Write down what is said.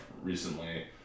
recently